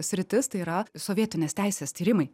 sritis tai yra sovietinės teisės tyrimai